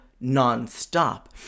non-stop